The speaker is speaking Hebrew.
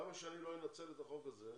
למה שאני לא אנצל את החוק הזה,